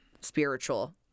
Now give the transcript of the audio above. spiritual